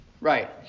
Right